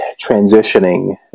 transitioning